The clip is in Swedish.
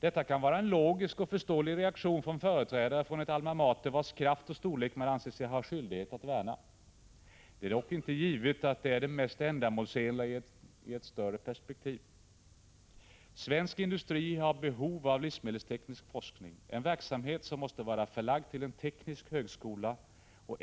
Detta kan vara en logisk och förståelig reaktion från företrädare för ett Alma mater, vars kraft och storlek man anser sig ha skyldighet att värna. Det är dock inte givet att det är det mest ändamålsenliga i ett vidare perspektiv. Svensk industri har behov av livsmedelsteknisk forskning — en verksamhet som måste vara förlagd till en teknisk högskola.